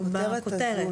לא בכותרת הזאת,